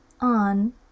on